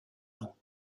ans